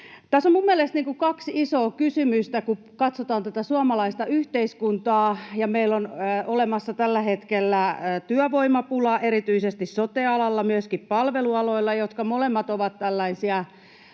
Tässä on minun mielestäni kaksi isoa kysymystä, kun katsotaan tätä suomalaista yhteiskuntaa. Meillä on olemassa tällä hetkellä työvoimapula erityisesti sote-alalla, myöskin palvelualoilla, jotka molemmat ovat tällaisia